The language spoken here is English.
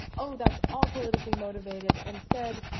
oh, that's all politically motivated. instead,